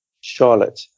Charlotte